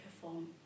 perform